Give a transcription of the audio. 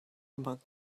among